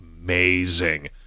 amazing